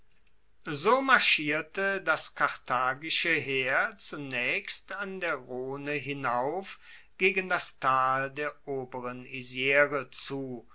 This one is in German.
so marschierte das karthagische heer zunaechst an der rhone hinauf gegen das tal der oberen isre zu